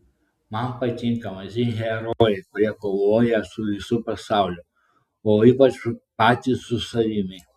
man patinka maži herojai kurie kovoja su visu pasauliu o ypač patys su savimi